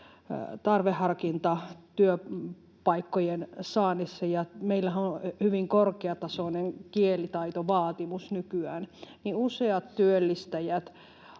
tarveharkinta työpaikkojen saannissa ja meillähän on hyvin korkeatasoinen kielitaitovaatimus nykyään, niin useat työllistäjät,